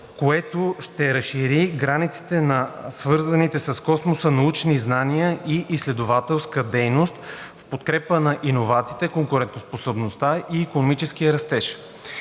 което ще разшири границите на свързаните с Космоса научни знания и изследователска дейност, в подкрепа на иновациите, конкурентоспособността и икономическия растеж.